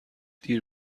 دیر